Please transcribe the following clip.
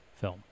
film